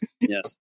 yes